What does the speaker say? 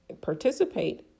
participate